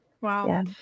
Wow